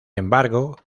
embargo